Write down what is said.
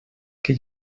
que